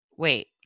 Wait